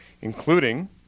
including